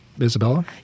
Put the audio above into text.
Isabella